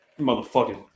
Motherfucking